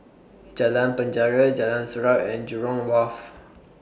Jalan Penjara Jalan Surau and Jurong Wharf